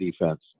defense